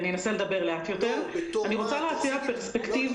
אני עומדת בראש הפורום